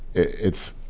it's